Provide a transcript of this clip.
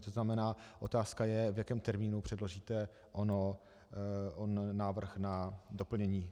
To znamená, otázka je: V jakém termínu předložíte onen návrh na doplnění?